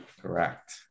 Correct